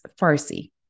Farsi